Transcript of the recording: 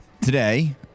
Today